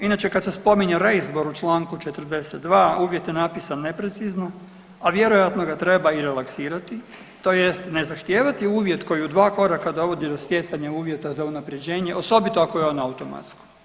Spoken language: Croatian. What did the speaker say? Inače kad se spominje reizbor u čl. 42., a uvjet je napisan neprecizno, a vjerojatno ga treba i relaksirati, to jest ne zahtijevati uvjet koji u dva koraka dovodi do stjecanja uvjeta za unaprjeđenje osobito ako je on automatski.